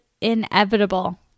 inevitable